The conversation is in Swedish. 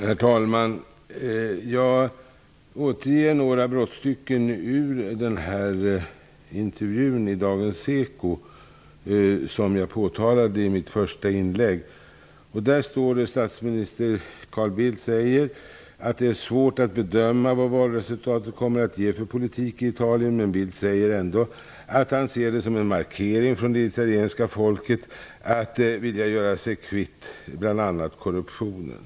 Herr talman! Jag skall återge några brottstycken ur intervjun i Dagens Eko, som jag talade om i mitt första inlägg. Statsminister Carl Bildt säger att det är svårt att bedöma vad valresultatet kommer att ge för politik i Italien, men han ser det ändå som en markering från det italienska folket att vilja göra sig kvitt bl.a. korruptionen.